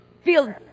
feel